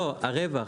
לא, הרווח.